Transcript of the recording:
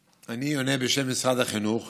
אני עונה בשם משרד החינוך